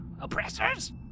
oppressors